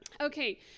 okay